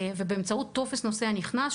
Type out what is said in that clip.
ובאמצעות טופס נוסע נכנס,